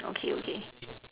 okay okay